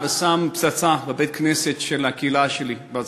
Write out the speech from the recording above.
ושם פצצה בבית-הכנסת של הקהילה שלי בארצות-הברית.